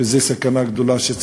וזאת סכנה גדולה.